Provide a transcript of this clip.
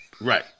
Right